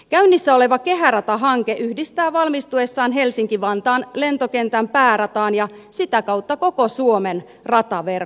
käynnissä oleva kehärata hanke yhdistää valmistuessaan helsinki vantaan lentokentän päärataan ja sitä kautta koko suomen rataverkkoon